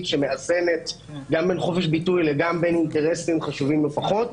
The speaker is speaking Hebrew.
שמאזנת גם בין חופש ביטוי ובין אינטרסים חשובים לא פחות,